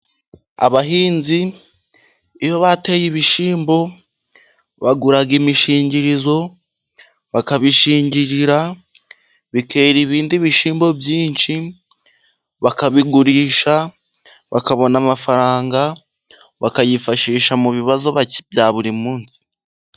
Abahinzi iyo bateye ibishyimbo bagura imishingirizo, bakabishingirira, bikera ibindi bishyimbo byinshi, bakabigurisha ,bakabona amafaranga ,bakayifashisha mu bibazo bya buri munsi.